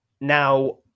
Now